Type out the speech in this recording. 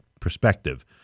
perspective